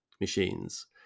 machines